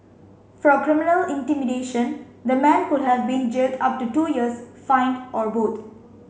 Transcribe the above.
for criminal intimidation the man could have been jailed up to two years fined or both